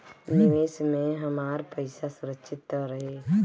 निवेश में हमार पईसा सुरक्षित त रही?